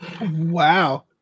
Wow